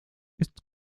ist